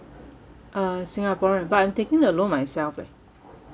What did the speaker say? uh singaporean but I'm taking the loan myself eh